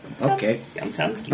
Okay